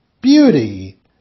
beauty